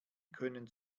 können